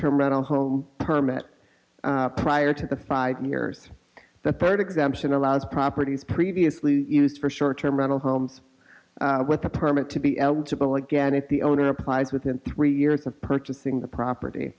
term rental home permit prior to the five years the third exemption allows properties previously used for short term rental homes with a permit to be eligible again if the owner applies within three years of purchasing the property